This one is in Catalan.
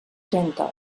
trenta